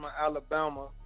Alabama